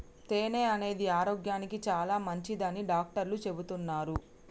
తేనె అనేది ఆరోగ్యానికి చాలా మంచిదని డాక్టర్లు చెపుతాన్రు